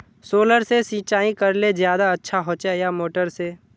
Solar से सिंचाई करले ज्यादा अच्छा होचे या मोटर से?